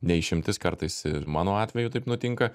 ne išimtis kartais ir mano atveju taip nutinka